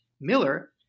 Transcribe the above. Miller